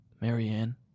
Marianne